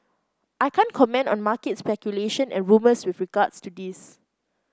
I can't comment on market speculation and rumours with regards to this